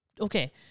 okay